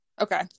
Okay